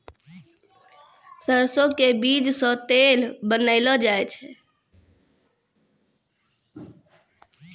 सरसों के बीज सॅ तेल बनैलो जाय छै